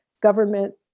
government